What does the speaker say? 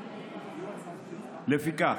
לפיכך,